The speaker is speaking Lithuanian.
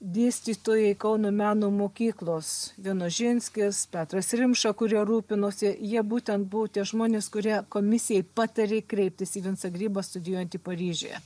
dėstytojai kauno meno mokyklos vienožinskis petras rimša kurie rūpinosi jie būtent buvo tie žmonės kurie komisijai patarė kreiptis į vincą grybą studijuojantį paryžiuje